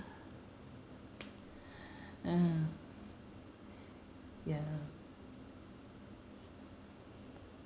uh ya